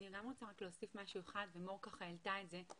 אני גם רוצה להוסיף משהו אחד, ומור העלתה את זה.